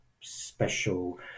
special